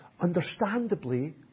understandably